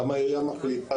למה העירייה מחליטה